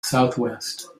southwest